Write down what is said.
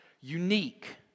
unique